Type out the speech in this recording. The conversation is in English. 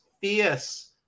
fierce